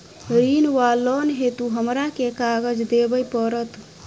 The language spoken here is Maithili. ऋण वा लोन हेतु हमरा केँ कागज देबै पड़त?